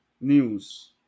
news